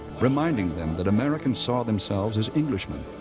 reminding them that americans saw themselves as englishmen,